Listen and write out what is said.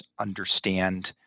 understand